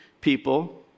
people